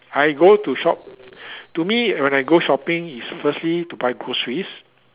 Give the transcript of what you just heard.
I go to shop to me when I go shopping is firstly to buy groceries